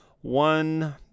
one